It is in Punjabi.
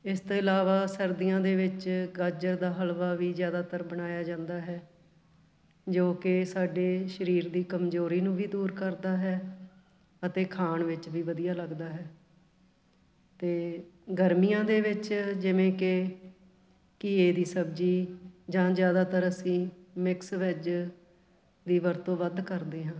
ਇਸ ਤੋਂ ਇਲਾਵਾ ਸਰਦੀਆਂ ਦੇ ਵਿੱਚ ਗਾਜਰ ਦਾ ਹਲਵਾ ਵੀ ਜ਼ਿਆਦਾਤਰ ਬਣਾਇਆ ਜਾਂਦਾ ਹੈ ਜੋ ਕਿ ਸਾਡੇ ਸਰੀਰ ਦੀ ਕਮਜ਼ੋਰੀ ਨੂੰ ਵੀ ਦੂਰ ਕਰਦਾ ਹੈ ਅਤੇ ਖਾਣ ਵਿੱਚ ਵੀ ਵਧੀਆ ਲੱਗਦਾ ਹੈ ਅਤੇ ਗਰਮੀਆਂ ਦੇ ਵਿੱਚ ਜਿਵੇਂ ਕਿ ਘੀਏ ਦੀ ਸਬਜ਼ੀ ਜਾਂ ਜ਼ਿਆਦਾਤਰ ਅਸੀਂ ਮਿਕਸ ਵੈੱਜ ਦੀ ਵਰਤੋਂ ਵੱਧ ਕਰਦੇ ਹਾਂ